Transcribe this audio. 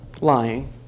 lying